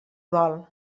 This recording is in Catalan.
vol